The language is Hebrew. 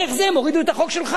שדרך זה הם הורידו את החוק שלך.